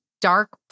dark